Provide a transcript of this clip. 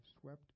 swept